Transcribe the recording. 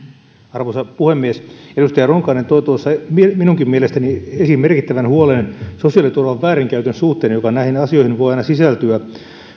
arvoisa puhemies edustaja ronkainen toi tuossa esiin minunkin mielestäni merkittävän huolen sosiaaliturvan väärinkäytön suhteen joka näihin asioihin voi aina sisältyä